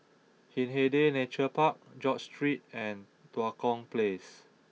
Hindhede Nature Park George Street and Tua Kong Place